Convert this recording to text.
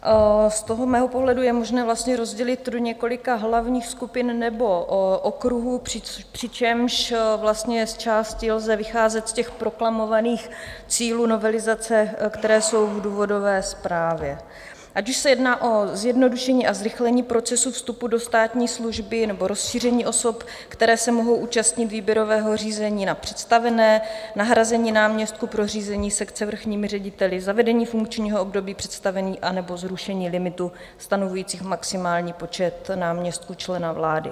Z mého pohledu je možné vlastně rozdělit ho do několika hlavních skupin nebo okruhů, přičemž vlastně zčásti lze vycházet z proklamovaných cílů novelizace, které jsou v důvodové zprávě, ať už se jedná o zjednodušení a zrychlení procesu vstupu do státní služby, nebo rozšíření osob, které se mohou účastnit výběrového řízení na představené, nahrazení náměstků pro řízení sekce vrchními řediteli, zavedení funkčního období představených anebo zrušení limitu stanovujících maximální počet náměstků člena vlády.